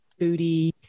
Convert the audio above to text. foodie